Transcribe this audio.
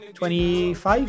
25